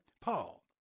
Paul